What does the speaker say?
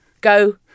go